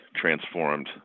transformed